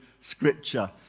Scripture